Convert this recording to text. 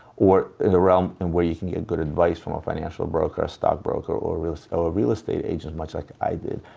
or in the realm in where you can get good advice from a financial broker or a stock broker, or so a real estate agent, much like i did.